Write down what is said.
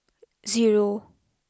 zero